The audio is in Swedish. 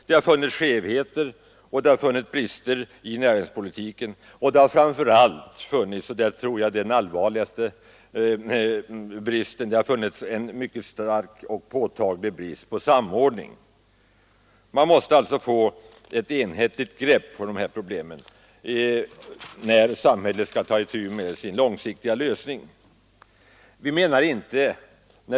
Det har funnits skevheter och brister i näringspolitiken, och jag tror att den allvarligaste bristen har varit en mycket stark och påtaglig avsaknad av samordning. Vad som krävs är ett enhetligt grepp på dessa frågor när samhället skall ta itu med de långsiktiga problemen.